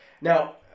Now